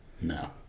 No